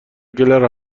گلر